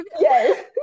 Yes